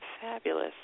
Fabulous